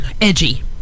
edgy